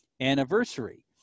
anniversary